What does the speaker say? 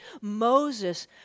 Moses